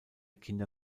kinder